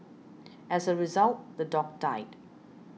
as a result the dog died